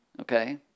Okay